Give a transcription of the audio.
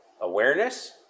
awareness